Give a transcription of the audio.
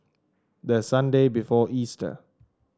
the Sunday before Easter